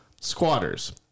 squatters